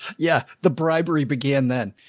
yeah. the bribery began then.